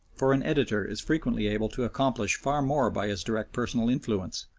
for an editor is frequently able to accomplish far more by his direct personal influence,